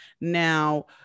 Now